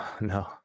no